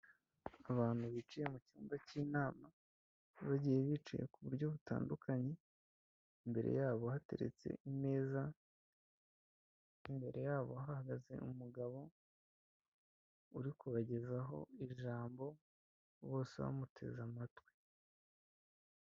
Abantu bicaye mu cyumba cy'inama, bagiye bicaye ku buryo butandukanye, imbere yabo hateretse imeza n'imbere yabo hahagaze umugabo uri kubagezaho ijambo, bose bamuteze amatwi.